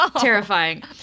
Terrifying